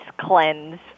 cleanse